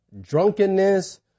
drunkenness